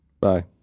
Bye